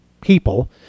people